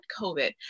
COVID